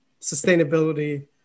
sustainability